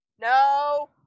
no